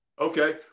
Okay